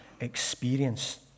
experience